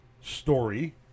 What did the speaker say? story